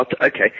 Okay